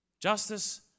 Justice